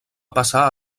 passar